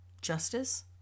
justice